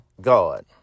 God